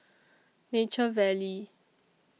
Nature Valley